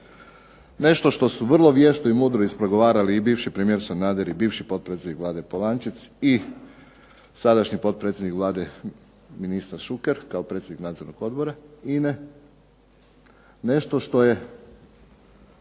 Nešto što su vrlo vješto i mudro ispregovarali i bivši premijer Sanader i bivši potpredsjednik Vlade Polančec i sadašnji potpredsjednik Vlade ministar Šuker kao predsjednik Nadzornog odbora INA-e. Nešto što je